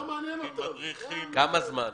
כמה זמן?